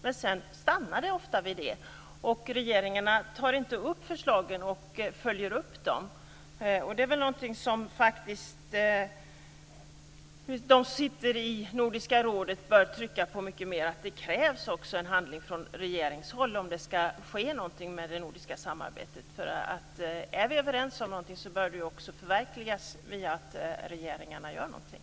Men sedan stannar det ofta vid detta, och regeringarna tar inte upp förslagen och följer upp dem. Detta är något som de som sitter i Nordiska rådet bör trycka på mycket mer. Det krävs en handling också från regeringshåll om det ska ske någonting med det nordiska samarbetet. Är vi överens om någonting så bör det också förverkligas via ett förhållande där regeringarna gör någonting.